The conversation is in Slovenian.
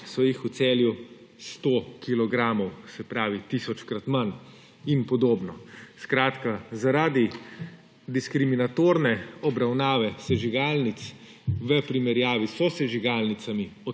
so jih v Celju 100 kilogramov, se pravi tisočkrat manj. In podobno. Skratka, zaradi diskriminatorne obravnave sežigalnic v primerjavi s sosežigalnicami